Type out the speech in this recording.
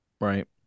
Right